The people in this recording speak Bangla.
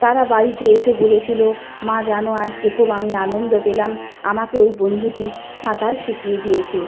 তারা বাড়িতে এসে বলেছিল মা জানো আজকে খুব আমি আনন্দ পেলাম আমাকে ওই বন্ধুটি সাঁতার শিখিয়ে দিয়েছে